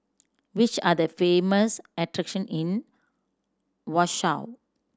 which are the famous attraction in Warsaw